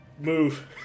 Move